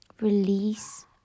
release